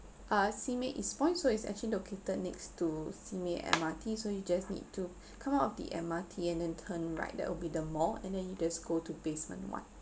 uh Simei east points so is actually located next to Simei M R T so you just need to come out of the M_R_T and then turn right that would be the mall and then you just go to basement one